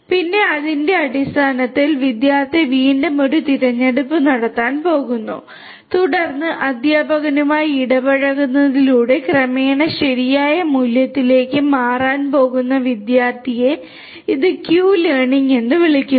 പിന്നെ അതിന്റെ അടിസ്ഥാനത്തിൽ വിദ്യാർത്ഥി വീണ്ടും ഒരു തിരഞ്ഞെടുപ്പ് നടത്താൻ പോകുന്നു തുടർന്ന് അധ്യാപകനുമായി ഇടപഴകുന്നതിലൂടെ ക്രമേണ ശരിയായ മൂല്യത്തിലേക്ക് മാറാൻ പോകുന്ന വിദ്യാർത്ഥിയെ ഇത് ക്യൂ ലേണിംഗ് എന്നും വിളിക്കുന്നു